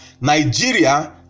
Nigeria